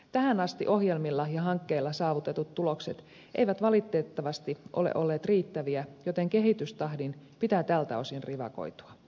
tähän asti ohjelmilla ja hankkeilla saavutetut tulokset eivät valitettavasti ole olleet riittäviä joten kehitystahdin pitää tältä osin rivakoitua